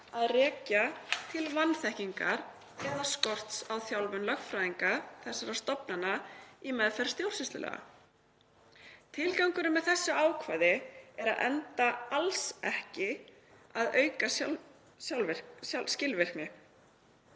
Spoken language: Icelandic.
rekja til vanþekkingar eða skorts á þjálfun lögfræðinga þessara stofnana í meðferð stjórnsýslulaga. Tilgangurinn með þessu ákvæði er enda alls ekki að auka skilvirkni.